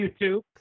YouTube